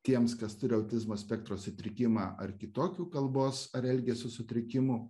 tiems kas turi autizmo spektro sutrikimą ar kitokių kalbos ar elgesio sutrikimų